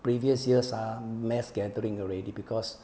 previous years ah mass gathering already because